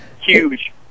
Huge